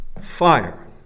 fire